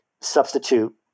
substitute